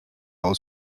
aus